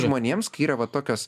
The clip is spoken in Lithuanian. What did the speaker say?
žmonėm kai yra va tokios